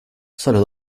solo